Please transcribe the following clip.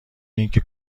اینکه